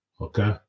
okay